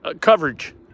coverage